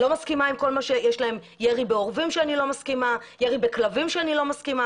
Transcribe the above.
אני לא מסכימה עם ירי בעורבים ובכלבים שהם עושים,